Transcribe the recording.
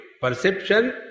perception